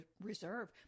Reserve